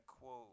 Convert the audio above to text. quote